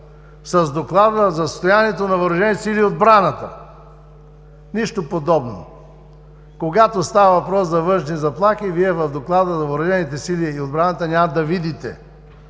с Доклада за състоянието на въоръжените сили и отбраната. Нищо подобно! Когато става въпрос за външни заплахи, Вие в Доклада за въоръжените сили и отбраната няма да видите